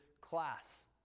class